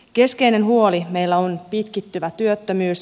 keskeinen huoli meillä on pitkittyvä työttömyys